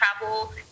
travel